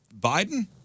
Biden